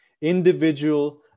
individual